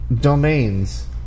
domains